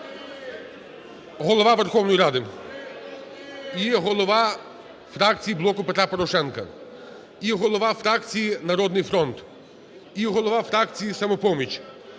Голова Верховної Ради, і голова фракції "Блоку Петра Порошенка", і голова фракції "Народний фронт", і голова фракції "Самопоміч",